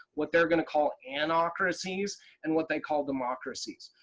what they're going to call anocracies and what they call democracies.